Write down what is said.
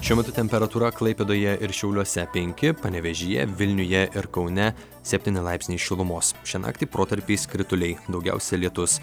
šiuo metu temperatūra klaipėdoje ir šiauliuose penki panevėžyje vilniuje ir kaune septyni laipsniai šilumos šią naktį protarpiais krituliai daugiausia lietus